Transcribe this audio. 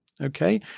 okay